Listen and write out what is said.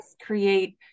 create